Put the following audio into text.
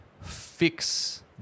fix